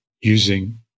using